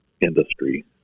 industry